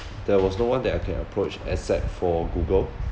there was no one that I can approach except for google